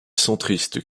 centriste